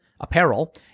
apparel